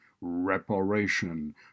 reparation